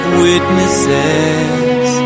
witnesses